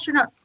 astronauts